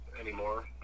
anymore